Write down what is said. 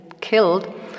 killed